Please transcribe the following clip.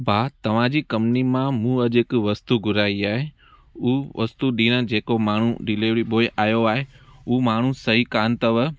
मां तव्हांजी कंपनी मां मूं अॼु हिकु वस्तू घुराई आहे हू वस्तू ॾींअं जेको माण्हू डिलेवरी बॉय आयो आहे हूअ माण्हू सही कोन्ह अथव